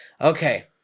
Okay